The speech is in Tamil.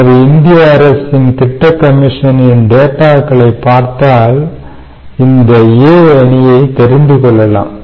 நமது இந்திய அரசின் திட்ட கமிஷனின் டேட்டாக்களை பார்த்தால் இந்த A அணியை தெரிந்துகொள்ளலாம்